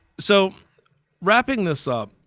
so wrapping this up,